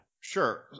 sure